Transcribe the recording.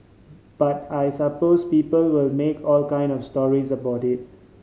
but I suppose people will make all kind of stories about it